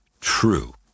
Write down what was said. true